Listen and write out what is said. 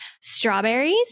strawberries